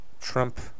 Trump